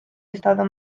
estado